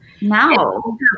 No